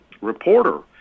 reporter